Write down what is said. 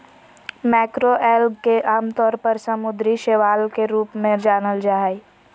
macroalgae के आमतौर पर समुद्री शैवाल के रूप में जानल जा हइ